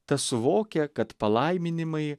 tas suvokia kad palaiminimai